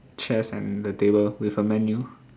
chairs and the table with a menu